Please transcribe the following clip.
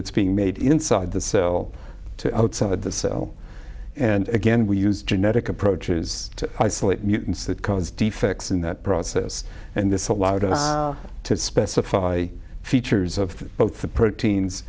that's being made inside the cell to outside the cell and again we use genetic approaches to isolate mutants that cause defects in that process and this allowed us to specify features of both the proteins